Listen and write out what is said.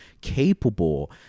capable